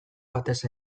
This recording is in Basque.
batez